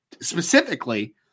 specifically